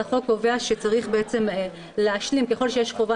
עובדים זרים שנשארו יותר מחצי שנה אחרי שפג להם